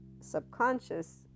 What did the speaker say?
subconscious